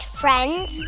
friends